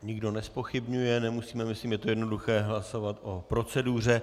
Nikdo nezpochybňuje, nemusíme, myslím, je to jednoduché, hlasovat o proceduře.